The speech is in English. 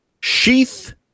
sheath